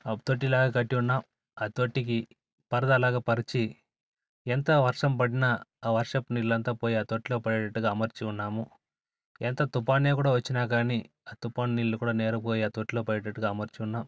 ఒక తొట్టిలాగా కట్టున్నాం ఆ తొట్టికి పరదాలాగా పరిచి ఎంత వర్షం పడిన ఆ వర్షపు నీళ్ళంత పోయి ఆ తొట్టిలోకి పడేవిధంగా అమర్చి ఉన్నాము ఎంత తుఫానే కూడా వచ్చినా కానీ ఆ తుఫాను నీళ్ళు కూడా నేరుగా పోయి ఆ తొట్టిలో పడేటట్టుగా అమర్చి ఉన్నాం